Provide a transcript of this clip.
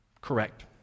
Correct